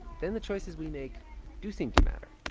then the choices we make do seem to matter.